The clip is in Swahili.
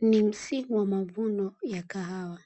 Ni msimu wa mavuno ya kahawa,